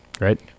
right